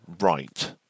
right